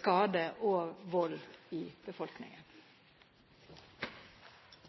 skade og vold i befolkningen.